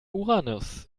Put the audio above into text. uranus